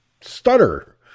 stutter